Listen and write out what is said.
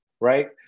right